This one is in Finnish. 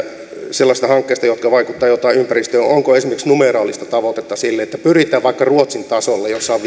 sellaisista hankkeista jotka vaikuttavat jotain ympäristöön niin onko esimerkiksi numeraalista tavoitetta sille että pyritään vaikka ruotsin tasolle jossa on